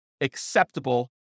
acceptable